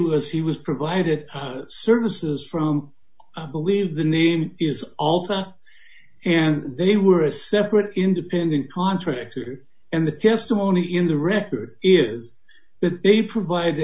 was he was provided services from believe the name is alton and they were a separate independent contractor and the testimony in the record is that they provide